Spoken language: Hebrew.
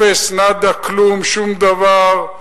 אפס, נאדה, כלום, שום דבר.